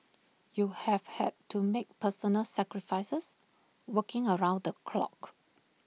you have had to make personal sacrifices working around the clock